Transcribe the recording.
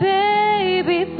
baby